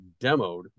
demoed